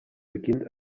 beginnt